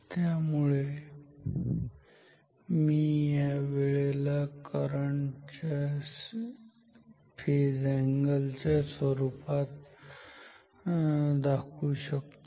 त्यामुळे मी वेळेला या करंट च्या फेज अँगल च्या स्वरूपात दाखवू शकतो